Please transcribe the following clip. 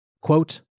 Quote